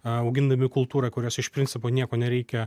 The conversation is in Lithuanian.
augindami kultūrą kurios iš principo nieko nereikia